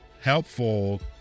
helpful